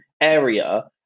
area